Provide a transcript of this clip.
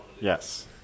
Yes